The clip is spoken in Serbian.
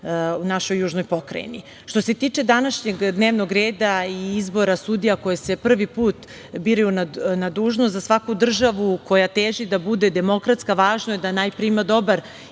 u našoj južnoj pokrajini. Što se tiče današnjeg dnevnog reda i izbora sudija koje se prvi put biraju na dužnost, za svaku državu koja teži da bude demokratska važno je da najpre ima dobar